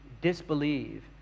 disbelieve